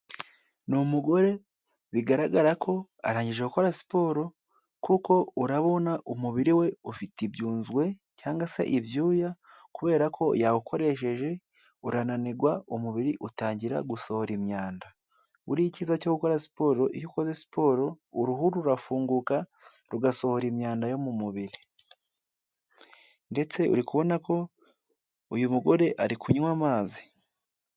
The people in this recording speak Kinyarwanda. Ni umugore bigaragara ko arangije gukora siporo kuko urabona umubiri we ufite ibyunzwe cyangwa se ibyuya kubera ko yawukoresheje urananirwa, umubiri utangira gusohora imyanda, buriya icyiza cyo gukora siporo, iyo ukoze siporo uruhu rurafunguka, rugasohora imyanda yo mu mubiri, ndetse uri kubona ko uyu mugore ari kunywa amazi.